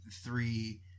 three